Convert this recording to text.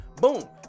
boom